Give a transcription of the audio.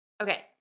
Okay